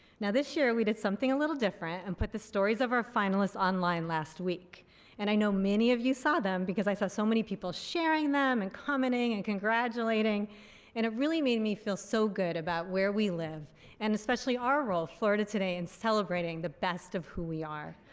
now this year we did something a little different and put the stories of our finalists online last week and i know many of you saw them because i saw so many people sharing them and commenting and congratulating and it really made me feel so good about where we live and especially our role, florida today in celebrating the best of who we are.